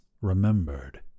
remembered